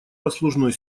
послужной